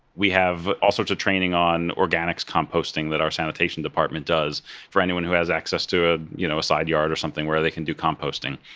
we have all sorts of training on organics composting that our sanitation department does for anyone who has access to a you know side yard or something where they can do composting.